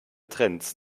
trends